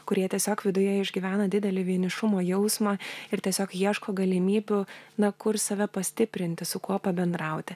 kurie tiesiog viduje išgyvena didelį vienišumo jausmą ir tiesiog ieško galimybių na kur save pastiprinti su kuo pabendrauti